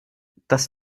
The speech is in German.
das